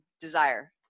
desire